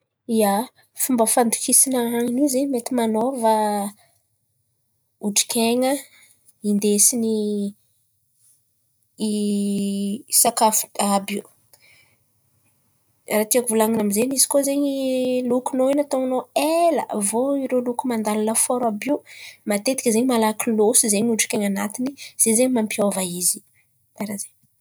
ia, fomba fandokisana an̈in̈y io zen̈y mety manôva otrikaina indesin̈y sakafo àby io. Tiako volan̈ina amin'zen̈y izy koa zen̈y lokin̈ao io nataon̈ao ela avô irô loky mandalo lafaoro àby io matetika zen̈y malaky lôso zen̈y otrikaina an̈atin̈y zay zen̈y mampiôva izy, karà zen̈y.